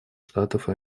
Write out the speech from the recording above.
штатов